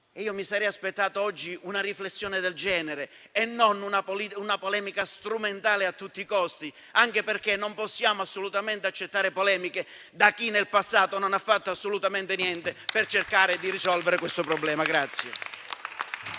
mi sarei aspettato oggi una riflessione del genere e non una polemica strumentale a tutti i costi, anche perché non possiamo assolutamente accettare polemiche da chi nel passato non ha fatto niente per cercare di risolvere il problema.